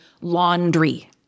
laundry